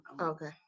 Okay